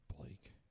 Blake